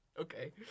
Okay